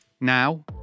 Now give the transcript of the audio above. Now